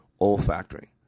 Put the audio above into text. olfactory